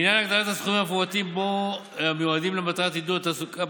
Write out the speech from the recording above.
לעניין הגדלת הסכומים המפורטים בו המיועדים למטרת עידוד התעסוקה,